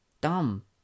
dumb